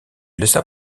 laissa